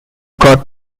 got